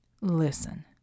Listen